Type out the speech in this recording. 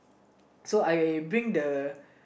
so I bring the